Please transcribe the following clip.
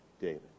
David